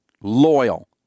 loyal